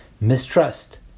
mistrust